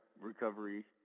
recovery